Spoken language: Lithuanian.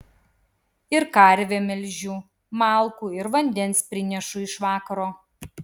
ir karvę melžiu malkų ir vandens prinešu iš vakaro